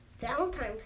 Valentine's